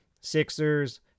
Sixers